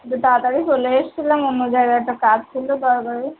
দিয়ে তাড়াতাড়ি চলে এসেছিলাম অন্য জায়গায় একটা কাজ ছিলো দরকারি